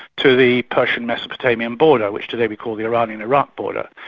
to the persian-mesopotamian border, which today we call the iran and iraq border.